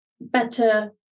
better